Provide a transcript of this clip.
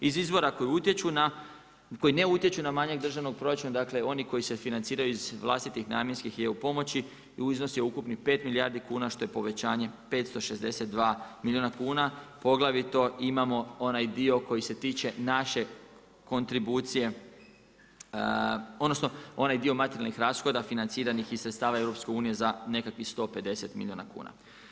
Iz izvora koji ne utječu na manjak državnog proračuna dakle oni koji se financiraju iz vlastitih namjenskih i eu pomoći iznos je ukupni 5 milijardi kuna što je povećanje 562 milijuna kuna poglavito imamo onaj dio koji se tiče naše kontribucije odnosno onaj dio materijalnih rashoda financiranih iz sredstava EU za nekakvih 150 milijuna kuna.